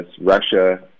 Russia